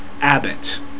abbott